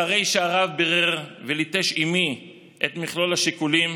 אחרי שהרב בירר וליטש עימי את מכלול השיקולים,